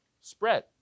spread